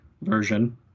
version